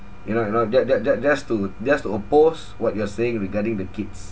you know you know that that that that's to that's to oppose what you are saying regarding the kids